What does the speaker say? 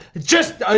just.